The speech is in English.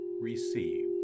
receive